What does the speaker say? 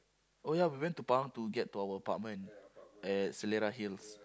oh ya we went to Pahang to get to our apartment at Selera-Hills